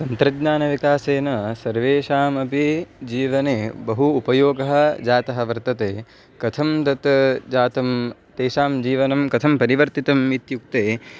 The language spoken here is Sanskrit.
तन्त्रज्ञानविकासेन सर्वेषामपि जीवने बहु उपयोगः जातः वर्तते कथं तत् जातं तेषां जीवनं कथं परिवर्तितम् इत्युक्ते